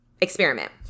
experiment